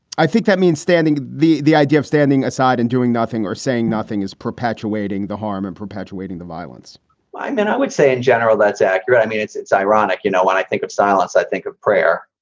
i think that means standing the the idea of standing aside and doing nothing or saying nothing is perpetuating the harm and perpetuating the violence i mean, i would say in general, that's accurate. i mean, it's it's ironic. you know, when i think of silence, i think of prayer.